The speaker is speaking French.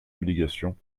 obligation